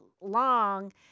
long